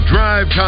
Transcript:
Drive